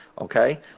okay